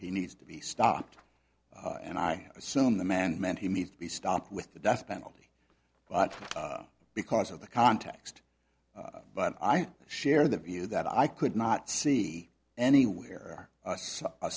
he needs to be stopped and i assume the man meant he needs to be stopped with the death penalty but because of the context but i share the view that i could not see anywhere